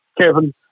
Kevin